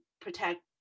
protect